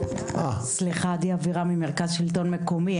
סליחה עדי אבירם ממרכז שלטון מקומי,